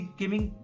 gaming